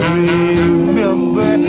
remember